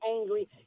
angry